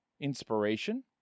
inspiration